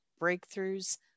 Breakthroughs